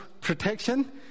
protection